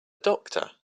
doctor